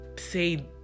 say